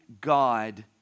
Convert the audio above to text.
God